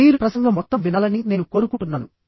మీరు ప్రసంగం మొత్తం వినాలని నేను కోరుకుంటున్నాను